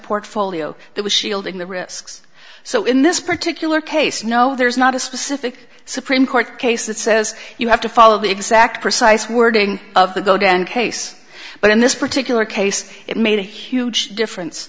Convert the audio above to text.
portfolio that was shielding the risks so in this particular case no there's not a specific supreme court case that says you have to follow the exact precise wording of the godown case but in this particular case it made a huge difference